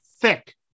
thick